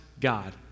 God